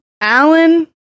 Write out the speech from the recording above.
Alan